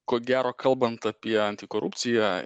ko gero kalbant apie antikorupciją